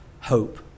hope